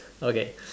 okay